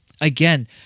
again